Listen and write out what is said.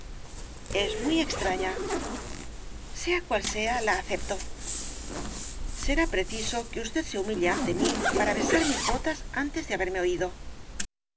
es muy extraña sea cual sea la acepto será preciso que usted se humille ante mí para besar mis botas antes de haberme oído